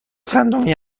چندمی